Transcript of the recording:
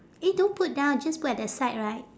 eh don't put down just put at the side right